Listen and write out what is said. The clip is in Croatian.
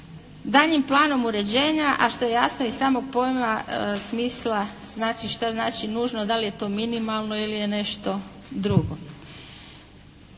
Daljnjim planom uređenja, a što je jasno iz samog pojma smisla znači šta znači nužno, da li je to minimalno ili je nešto drugo.